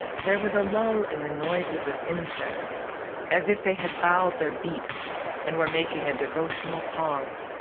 there was a lull in the noises of insects as if they had bowed their beaks and were making a devotional pause.